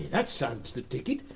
that sounds the ticket.